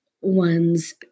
ones